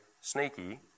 sneaky